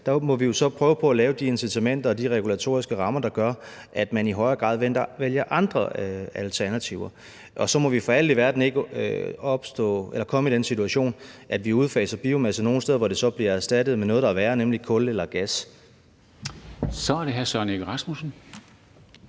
der må vi jo så prøve på at lave de incitamenter og lige regulatoriske rammer, der gør, at man i højere grad vælger andre alternativer. Og så må vi for alt i verden ikke komme i den situation, at vi udfaser biomasse nogle steder, hvor det så bliver erstattet med noget, der er værre, nemlig kul eller gas. Kl. 11:27 Formanden